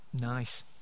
Nice